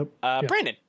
Brandon